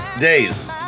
days